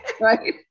Right